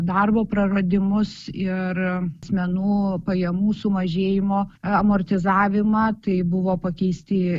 darbo praradimus ir asmenų pajamų sumažėjimo amortizavimą tai buvo pakeisti